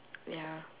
ya